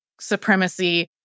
supremacy